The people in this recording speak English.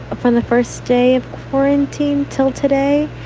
ah from the first day of quarantine till today.